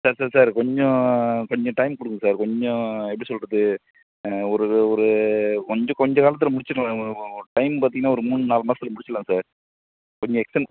sir sir sir கொஞ்சம் கொஞ்சம் time கொடுங்க சார் கொஞ்சம் எப்படி சொல்வது ஒரு ஒரு கொஞ்சம் கொஞ்சம் காலத்தில் முடிச்சிடலாம் டைம் பார்த்தீங்கன்னா ஒரு மூணு நாலு மாசத்தில் முடிச்சுட்லாம் சார் கொஞ்சம் எக்ஸ்டர்ன்